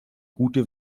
gute